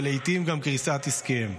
ולעיתים גם קריסת עסקיהם.